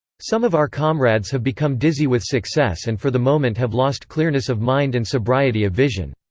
some of our comrades have become dizzy with success and for the moment have lost clearness of mind and sobriety of vision.